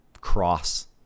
cross